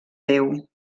déu